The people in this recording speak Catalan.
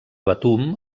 betum